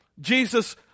Jesus